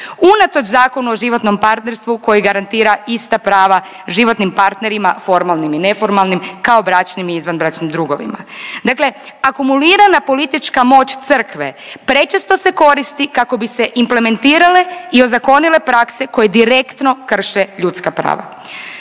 unatoč Zakonu o životnom partnerstvu koji garantira ista prava životnim partnerima formalnih i neformalnim kao bračnim i izvanbračnim drugovima. Dakle, akumulirana politička moć Crkve prečesto se koristi kako bi se implementirale i ozakonile prakse koje direktno krše ljudska prava.